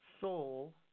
soul